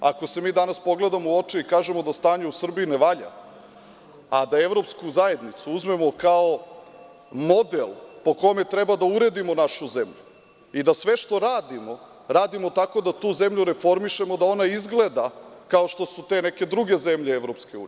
Ako se mi danas pogledamo u oči i kažemo da stanje u Srbiji ne valja, a da Evropsku zajednicu uzmemo kao model po kome treba da uredimo našu zemlju i da sve što radimo radimo tako da tu zemlju reformišemo da ona izgleda kao što su te neke druge zemlje EU.